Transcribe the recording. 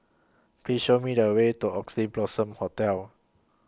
Please Show Me The Way to Oxley Blossom Hotel